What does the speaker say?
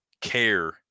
care